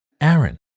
Aaron